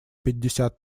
пятьдесят